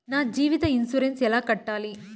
నా జీవిత ఇన్సూరెన్సు ఎలా కట్టాలి?